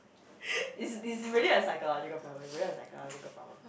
it's it's really a psychological problem it's really a psychological problem